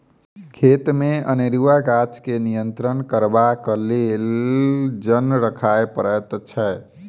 खेतमे अनेरूआ गाछ के नियंत्रण करबाक लेल जन राखय पड़ैत छै